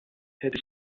hätte